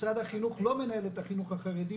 משרד החינוך לא מנהל את החינוך החרדי,